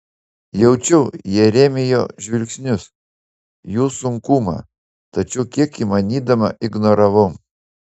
jaučiau jeremijo žvilgsnius jų sunkumą tačiau kiek įmanydama ignoravau